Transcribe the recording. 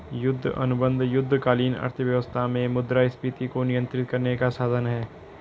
युद्ध अनुबंध युद्धकालीन अर्थव्यवस्था में मुद्रास्फीति को नियंत्रित करने का साधन हैं